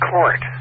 Court